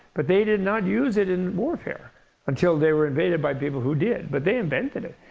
but they did not use it in warfare until they were invaded by people who did. but they invented it.